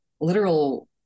literal